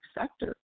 sector